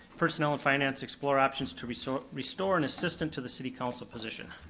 personnel and finance, explore options to restore restore an assistant to the city council position.